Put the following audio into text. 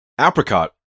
Apricot